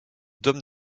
d’homme